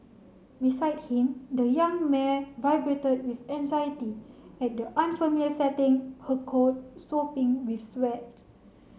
beside him the young mare vibrated with anxiety at the unfamiliar setting her coat sopping with sweat